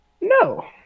No